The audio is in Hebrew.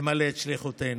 למלא את שליחותנו.